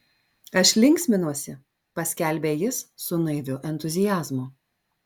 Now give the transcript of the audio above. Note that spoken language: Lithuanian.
aš linksminuosi paskelbė jis su naiviu entuziazmu